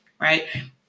right